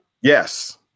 yes